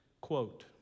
Quote